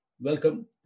Welcome